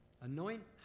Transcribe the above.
Anoint